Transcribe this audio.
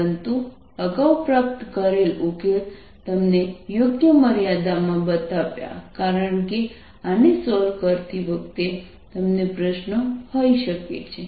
પરંતુ અગાઉ પ્રાપ્ત કરેલ ઉકેલ તમને યોગ્ય મર્યાદામાં બતાવ્યા કારણ કે આને સોલ્વ કરતી વખતે તમને પ્રશ્નો હોઈ શકે છે